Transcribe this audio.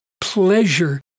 pleasure